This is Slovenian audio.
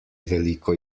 veliko